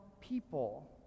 people